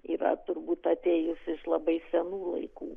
yra turbūt atėjusi iš labai senų laikų